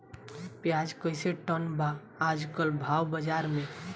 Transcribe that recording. प्याज कइसे टन बा आज कल भाव बाज़ार मे?